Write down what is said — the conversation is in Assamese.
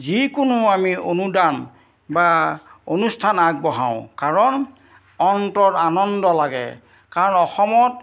যিকোনো আমি অনুদান বা অনুষ্ঠান আগবঢ়াওঁ কাৰণ অন্তৰত আনন্দ লাগে কাৰণ অসমত